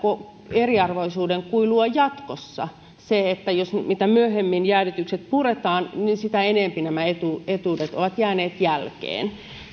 eriarvoisuuden kuilua jatkossa ja mitä myöhemmin jäädytykset puretaan sitä enempi nämä etuudet etuudet ovat jääneet jälkeen